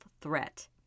threat